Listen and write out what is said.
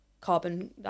carbon